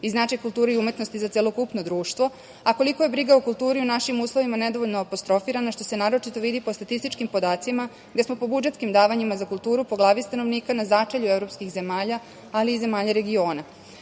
i značaj kulture i umetnosti za celokupno društvo, a koliko je briga o kulturi u našim uslovima nedovoljno apostrofirana, što se naročito vidi po statističkim podacima, gde smo po budžetskim davanjima za kulturu po glavi stanovnika na začelju evropskih zemalja, ali i zemalja